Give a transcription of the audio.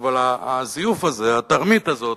אבל הזיוף הזה, התרמית הזאת,